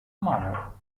mother